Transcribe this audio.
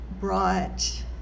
brought